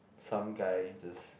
some guy just